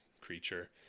creature